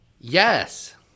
Yes